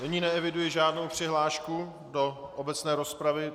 Nyní neeviduji žádnou přihlášku do obecné rozpravy.